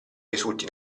risulti